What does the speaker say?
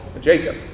Jacob